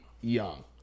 young